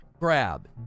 grab